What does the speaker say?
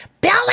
Billy